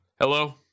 hello